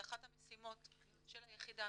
זו אחת המשימות של היחידה,